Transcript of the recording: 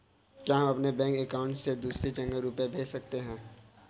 क्या हम अपने बैंक अकाउंट से दूसरी जगह रुपये भेज सकते हैं?